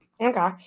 Okay